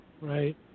Right